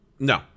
no